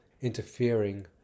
interfering